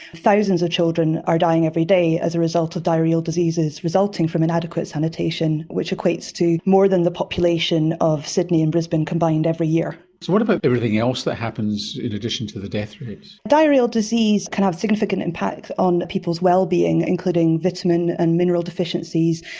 thousands of children are dying every day as a result of diarrhoeal diseases resulting from inadequate sanitation, which equates to more than the population of sydney and brisbane combined every year. so what about everything else that happens in addition to the death rates? diarrhoeal disease can have significant impact on people's well-being, including vitamin and mineral deficiencies,